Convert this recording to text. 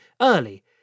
early